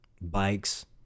bikes